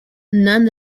nunn